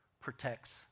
protects